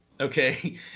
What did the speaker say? Okay